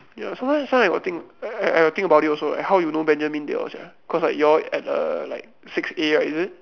ya sometimes sometimes I got think I I I think about it also leh how you know Benjamin they all sia cause like y'all at err like six A right is it